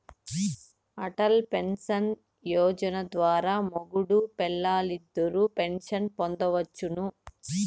Atal pension Yojana ద్వారా మొగుడూ పెల్లాలిద్దరూ పెన్సన్ పొందొచ్చును